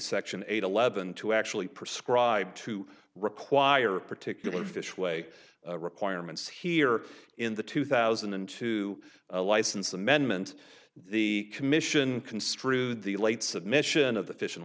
section eight eleven to actually prescribe to require particular fish weigh requirements here in the two thousand and two license amendment the commission construed the late submission of the fish and